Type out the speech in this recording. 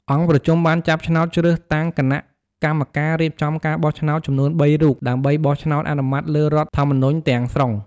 អង្គប្រជុំបានចាប់ឆ្នោតជ្រើសតាំងគណៈកម្មការរៀបចំការបោះឆ្នោតចំនួនបីរូប ដើម្បីបោះឆ្នោតអនុម័តលើរដ្ឋធម្មនុញ្ញទាំងស្រុង។